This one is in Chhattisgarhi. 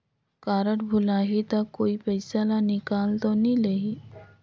कारड भुलाही ता कोई पईसा ला निकाल तो नि लेही?